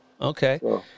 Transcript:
okay